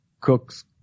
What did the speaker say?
Cooks